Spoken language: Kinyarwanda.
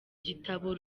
gitabo